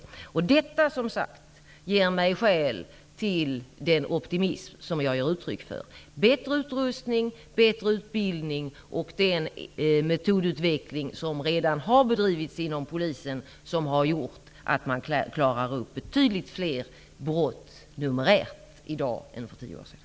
Det är detta som ger mig skäl till den optimism som jag ger uttryck för: bättre utrustning, bättre utbildning och den metodutveckling som redan har bedrivits inom polisen, och som har gjort att man i dag numerärt klarar upp betydligt fler brott än för tio år sedan.